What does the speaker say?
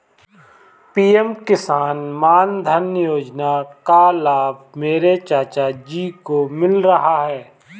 PM Kisan Mandhan Yojana का लाभ मेरे चाचा जी को मिल रहा है